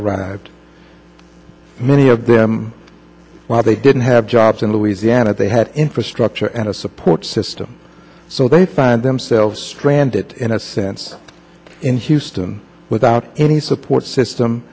arrived many of them well they didn't have jobs in louisiana they had infrastructure and a support system so they find themselves stranded in a sense in houston without any support system